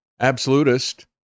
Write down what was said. absolutist